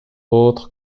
autres